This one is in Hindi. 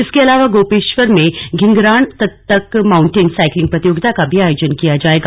इसके अलावा गोपेश्वर से धिंघराण तक माउंटेन साइकिलिंग प्रतियोगिता का भी आयोजन किया जाएगा